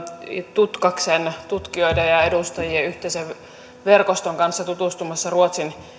tutkaksen tutkijoiden ja edustajien yhteisen verkoston kanssa tutustumassa ruotsin